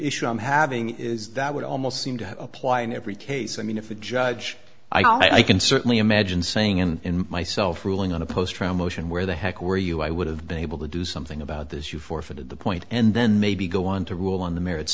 issue i'm having is that would almost seem to apply in every case i mean if a judge i can certainly imagine saying in myself ruling on a post from ocean where the heck were you i would have been able to do something about this you forfeited the point and then maybe go on to rule on the merits